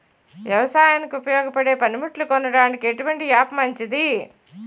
వ్యవసాయానికి ఉపయోగపడే పనిముట్లు కొనడానికి ఎటువంటి యాప్ మంచిది?